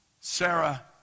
Sarah